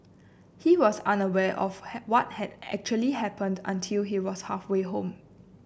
he was under aware of had what had actually happened until he was halfway home